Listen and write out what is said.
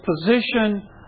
position